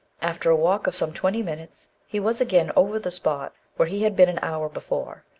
after a walk of some twenty minutes, he was again over the spot where he had been an hour before,